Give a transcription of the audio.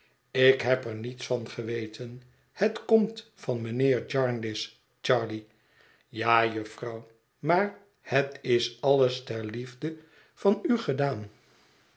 ik heb er niets van geweten het komt van mijnheer jarndyce charley ja jufvrouw maar het is alles ter liefde van u gedaan